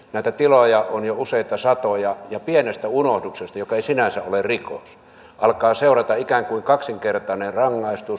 näitä tiloja on jo useita satoja ja pienestä unohduksesta joka ei sinänsä ole rikos alkaa seurata ikään kuin kaksinkertainen rangaistus